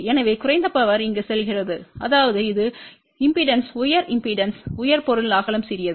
எனவே குறைந்த பவர் இங்கு செல்கிறது அதாவது இது இம்பெடன்ஸ் உயர் இம்பெடன்ஸ் உயர் பொருள் அகலம் சிறியது